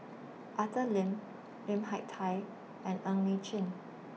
Arthur Lim Lim Hak Tai and Ng Li Chin